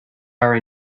are